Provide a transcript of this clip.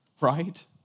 right